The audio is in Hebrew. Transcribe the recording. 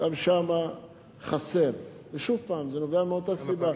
גם שמה חסר, ושוב פעם, זה מאותה סיבה,